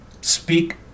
speak